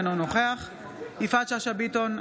אינה נוכחת יפעת שאשא ביטון,